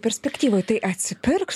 perspektyvoj tai atsipirks